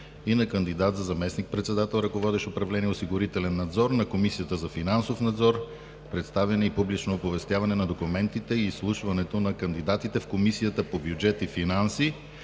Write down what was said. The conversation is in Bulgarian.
и на кандидат за заместник председател, ръководещ управление „Осигурителен надзор“ на Комисията за финансов надзор, представяне и публично оповестяване на документите и изслушването на кандидатите в Комисията по бюджет и финанси,